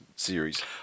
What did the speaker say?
series